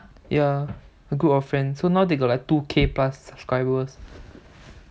ya a group of friends so now they got like two K plus subscribers